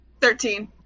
Thirteen